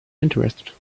interested